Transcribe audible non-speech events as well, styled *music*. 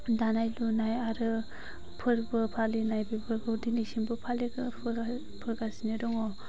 दानाय लुनाय आरो फोरबो फालिनाय बेफोरखौ दिनैसिमबो फालि *unintelligible* बोगासिनो दङ